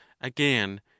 Again